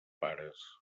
pares